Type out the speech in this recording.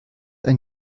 ein